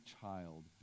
child